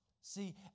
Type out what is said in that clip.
See